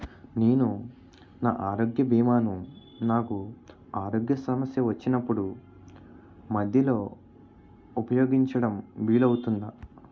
నేను నా ఆరోగ్య భీమా ను నాకు ఆరోగ్య సమస్య వచ్చినప్పుడు మధ్యలో ఉపయోగించడం వీలు అవుతుందా?